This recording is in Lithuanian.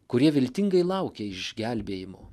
kurie viltingai laukia išgelbėjimo